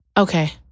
Okay